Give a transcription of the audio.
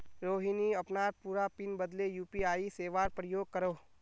रोहिणी अपनार पूरा पिन बदले यू.पी.आई सेवार प्रयोग करोह